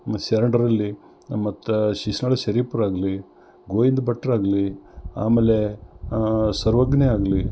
ಮ ಶರಣರಲ್ಲಿ ಮತ್ತೆ ಶಿಶುನಾಳ ಶರೀಫ್ರು ಆಗಲಿ ಗೋವಿಂದ ಭಟ್ರು ಆಗಲಿ ಆಮೇಲೆ ಸರ್ವಜ್ಞ ಆಗಲಿ